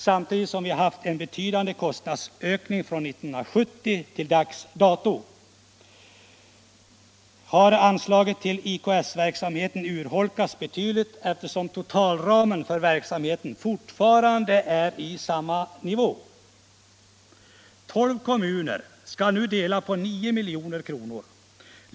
Samtidigt som vi har haft en betydande kostnadsökning från 1970 har anslaget till IKS-verksamheten urholkats betydligt, eftersom totalramen för verksamheten fortfarande är densamma. Tolv kommuner skall nu dela på 9 milj.kr.